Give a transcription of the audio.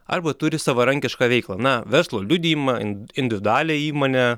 arba turi savarankišką veiklą na verslo liudijimą individualią įmonę